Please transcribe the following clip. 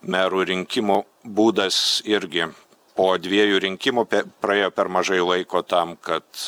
merų rinkimo būdas irgi po dviejų rinkimų praėjo per mažai laiko tam kad